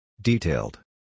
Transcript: Detailed